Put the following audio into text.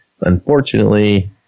unfortunately